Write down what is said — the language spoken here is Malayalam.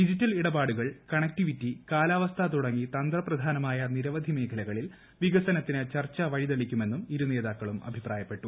ഡിജിറ്റൽ ഇടപാടുകൾ കണക്ടിവിറ്റി കാലാവസ്ഥ തുടങ്ങി തന്ത്രപ്രധാനമായ നിരവധി മേഖലകളിൽ വിക്സനത്തിന് ചർച്ച വഴിതെളിക്കുമെന്നും ഇരുനേതാക്കളും അഭിപ്രിയപ്പെട്ടു